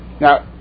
Now